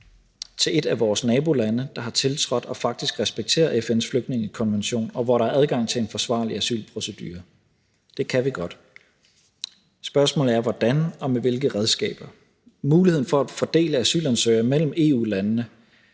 til et af vores nabolande, der har tiltrådt og faktisk respekterer FN's flygtningekonvention, og hvor der er adgang til en forsvarlig asylprocedure. Det kan vi godt. Spørgsmålet er hvordan og med hvilke redskaber. Muligheden for at fordele asylansøgere mellem EU-landene,